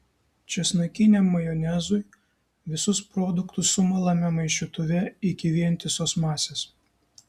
česnakiniam majonezui visus produktus sumalame maišytuve iki vientisos masės